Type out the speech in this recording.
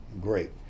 great